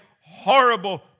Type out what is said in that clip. horrible